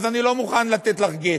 אז אני לא מוכן לתת לך גט.